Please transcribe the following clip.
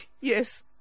yes